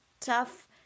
tough